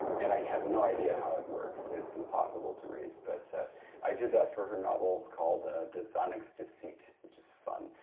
and i have no idea how it works. it's impossible to read, but i did that for her novel called ah the zonix deceit, which is fun.